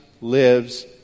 lives